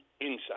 inside